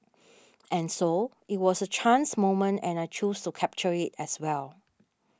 and so it was a chance moment and I chose to capture it as well